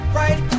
right